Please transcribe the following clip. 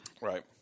Right